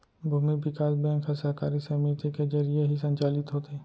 भूमि बिकास बेंक ह सहकारी समिति के जरिये ही संचालित होथे